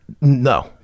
No